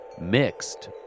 Mixed